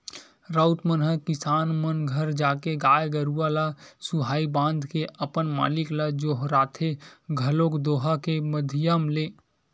राउत मन ह किसान मन घर जाके गाय गरुवा ल सुहाई बांध के अपन मालिक ल जोहारथे घलोक दोहा के माधियम ले